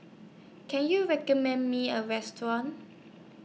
Can YOU recommend Me A Restaurant